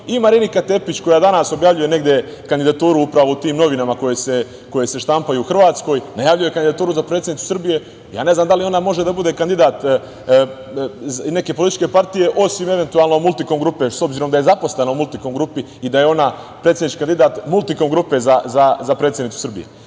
i Marinika Tepić, koja danas objavljuje negde kandidaturu upravo u tim novinama koje se štampaju u Hrvatskoj, najavljuje kandidaturu za predsednicu Srbije. Ne znam da li ona može da bude kandidat neke političke partije, osim eventualne „Multikom“ grupe, obzirom da je zaposlena u „Multikom“ grupi i da je ona predsednički kandidat „Multikom“ grupe za predsednicu Srbije. Danas